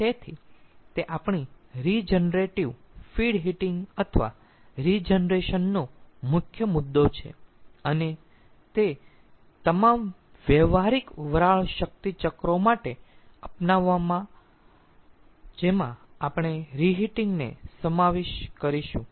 તેથી તે આપણી રીજનરેટીવ ફીડ હીટિંગ અથવા રીજનરેશન નો મુખ્ય મુદ્દો છે અને તે તમામ વ્યવહારિક વરાળ શક્તિના ચક્રો માટે અપનાવવામાં જેમાં આપણે રીહીટીંગ reheating ને ચક્રમાં સમાવિષ્ટ કરીશું